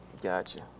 Gotcha